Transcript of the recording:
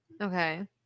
Okay